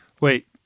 Wait